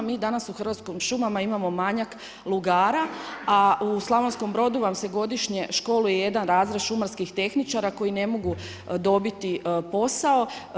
Mi danas, u hrvatskim šumama imamo manjak lugara, a u Slavonskom Brodu vam se godišnje školuje jedan razred šumarskih tehničara koji ne mogu dobiti posao.